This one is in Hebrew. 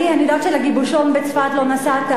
האם זה שלגיבושון בצפת לא נסעת,